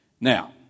Now